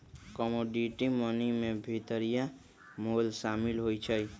commodity money में भितरिया मोल सामिल होइ छइ